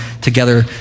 together